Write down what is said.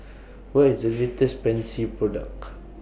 What IS The latest Pansy Product